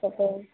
कतऽ